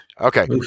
Okay